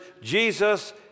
Jesus